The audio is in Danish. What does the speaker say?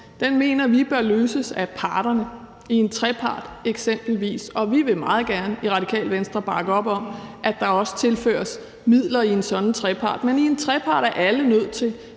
Den mener vi bør løses af parterne i en trepartsaftale eksempelvis, og vi vil meget gerne i Radikale Venstre bakke op om, at der også tilføres midler i en sådan trepartsaftale, men i en trepartsaftale er alle nødt til